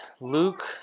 Luke